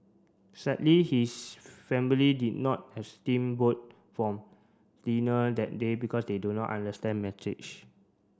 sadly his family did not has steam boat from dinner that day because they do not understand message